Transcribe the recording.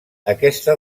aquesta